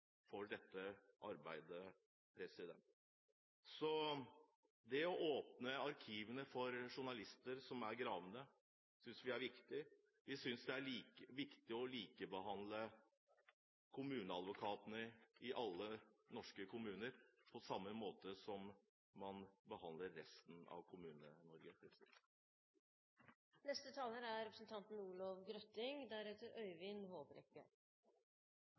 for dette arbeidet. Så det å åpne arkivene for journalister som er gravende, synes vi er viktig. Vi synes det er viktig å likebehandle kommuneadvokatene i alle norske kommuner, på samme måte som man behandler resten av Kommune-Norge. Arkiv er